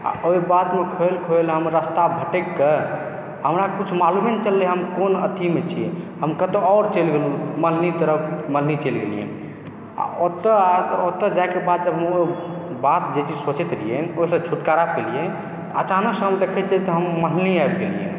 आ ओहि बातमे खोयल खोयल हम रस्ता भटैक कऽ हमरा किछु मालूमे नहि चललै हम कोन अथीमे छियै हम कतौ और चलि गेलहुॅं मल्हनी तरफ मल्हनी चलि गेलियै आ ओतऽ जाय के बाद जब हम बात जे छै सोचैत रहियै ओहि सऽ छुटकारा पेलियै अचानक सऽ हम देखै छियै तऽ हम मल्हनी आबि गेलियै